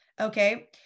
Okay